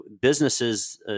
businesses